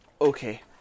Okay